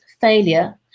failure